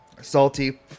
salty